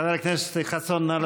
חבר הכנסת חסון, נא לשבת.